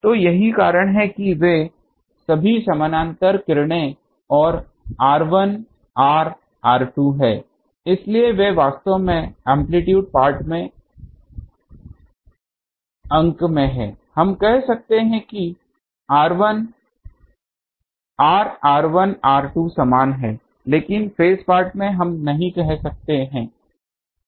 तो यही कारण है कि वे सभी समानांतर किरणें और r1 r r2 हैं इसलिए वे वास्तव में एम्प्लीट्यूड पार्ट में अंक में हैं हम कह सकते हैं कि r r1 r2 समान हैं लेकिन फेज पार्ट में हम नहीं कर सकते